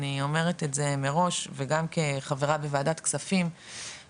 אני אומרת את זה מראש וגם כחברה בוועדת הכספים,